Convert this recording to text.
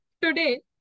today